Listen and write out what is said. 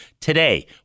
today